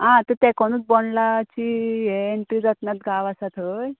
आं तो तेकोनूत बोंडलाची हे एंट्री जातनात गांव आसा थंय